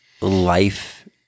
life